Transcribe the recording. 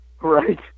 right